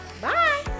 Bye